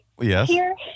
Yes